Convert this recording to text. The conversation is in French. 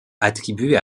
attribuée